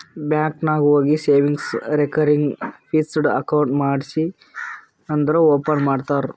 bank ನಾಗ್ ಹೋಗಿ savings, recurring, fixed account ಮಾಡ್ರಿ ಅಂದುರ್ ಓಪನ್ ಮಾಡ್ತಾರ್